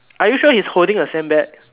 are you sure he's holding a sandbag